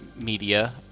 media